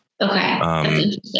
Okay